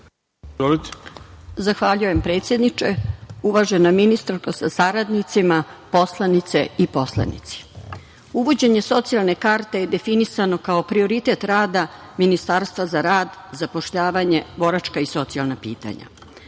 Zahvaljujem, predsedniče. Uvažena ministarko sa saradnicima, poslanice i poslanici, uvođenje socijalne karte je definisano kao prioritet rada Ministarstva za rad, zapošljavanje, boračka i socijalna pitanja.